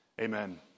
amen